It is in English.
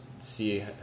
see